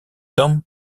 tom